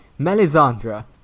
Melisandre